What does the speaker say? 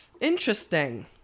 interesting